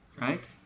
right